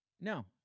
No